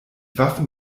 waffen